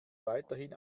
weiterhin